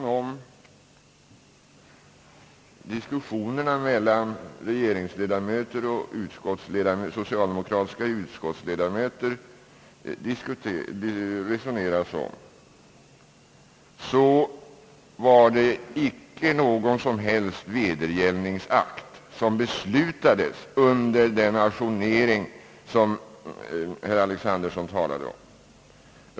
Vid diskussionen mellan regeringsledamöter och socialdemokratiska utskottsledamöter under den ajournering, som herr Alexanderson talade om, var det icke någon som helst vedergällningsakt som beslutades.